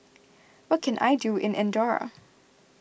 what can I do in andorra